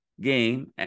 game